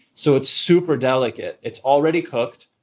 so it's super delicate. it's already cooked.